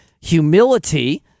humility